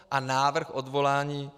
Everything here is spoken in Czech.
A návrh odvolání.